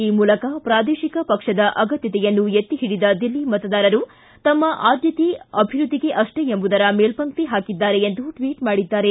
ಈ ಮೂಲಕ ಪ್ರಾದೇಶಿಕ ಪಕ್ಷದ ಅಗತ್ಯಕೆಯನ್ನು ಎತ್ತಿಹಿಡಿದ ದಿಲ್ಲಿ ಮತದಾರರು ತಮ್ಮ ಆದ್ಯತೆ ಅಭಿವೃದ್ಧಿಗೆ ಅಷ್ಟೇ ಎಂಬುದರ ಮೇಲ್ಪಂಕ್ತಿ ಹಾಕಿದ್ದಾರೆ ಎಂದು ಟ್ವಿಟ್ ಮಾಡಿದ್ದಾರೆ